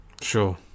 sure